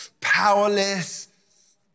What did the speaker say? powerless